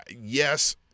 yes